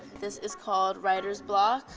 this is called writer's block.